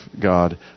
God